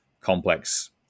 complex